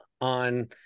on